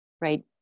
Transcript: Right